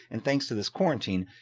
and thanks to this quarantine,